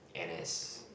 N_S